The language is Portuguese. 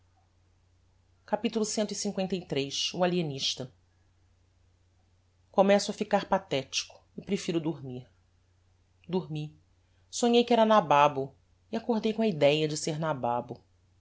natura capítulo cliii o alienista começo a ficar pathetico e prefiro dormir dormi sonhei que era nababo e acordei com a idéa de ser nababo